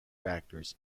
factors